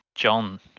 John